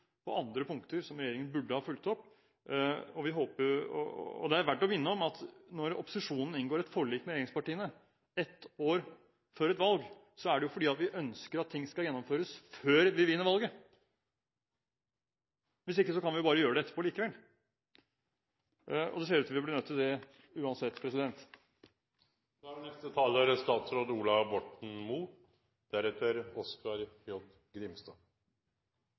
på andre punkter som regjeringen burde ha fulgt opp. Det er verdt å minne om at når opposisjonen inngår et forlik med regjeringspartiene, ett år før et valg, så er det jo fordi vi ønsker at ting skal gjennomføres før vi vinner valget – hvis ikke kan vi allikevel bare gjøre det etterpå. Det ser ut til at vi blir nødt til det uansett. Det er